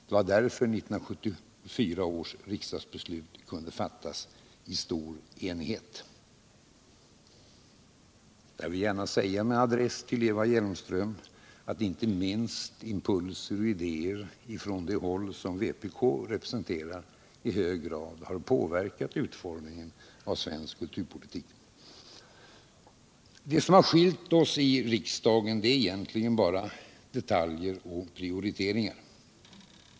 Det var därför 1974 års riksdagsbeslut kunde fattas i så stor enighet. Jag vill gärna med adress till Eva Hjelmström säga att inte minst impulser och idéer från det håll som vpk representerar i hög grad har påverkat utformningen av svensk kulturpolitik. Det som hittills har skiljt oss åt i riksdagen är egentligen bara detaljer och prioriteringar.